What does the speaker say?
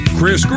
Chris